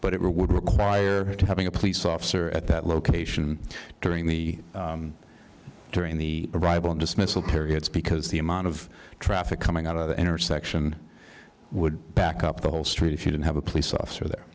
but it would having a police officer at that location during the during the arrival of dismissal periods because the amount of traffic coming out of the intersection would back up the whole street if you didn't have a police officer there